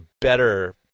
better